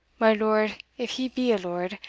my lord, if he be a lord,